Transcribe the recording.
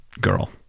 girl